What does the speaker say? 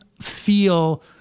feel